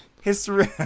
history